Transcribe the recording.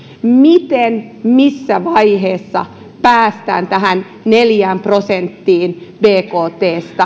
miten missä vaiheessa päästään tähän neljään prosenttiin bktsta